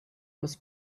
was